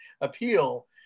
appeal